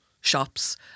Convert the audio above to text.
shops